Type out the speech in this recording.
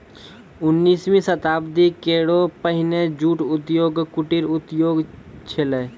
उन्नीसवीं शताब्दी केरो पहिने जूट उद्योग कुटीर उद्योग छेलय